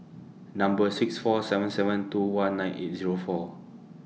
Number six four seven seven two one nine eight Zero four